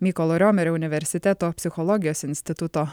mykolo romerio universiteto psichologijos instituto